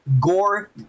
Gore